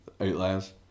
outliers